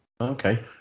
okay